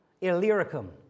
Illyricum